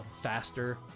faster